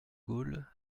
gaulle